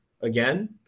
again